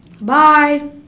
Bye